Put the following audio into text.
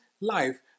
life